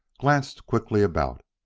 glanced quickly about.